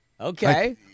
Okay